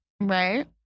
Right